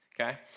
okay